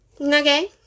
Okay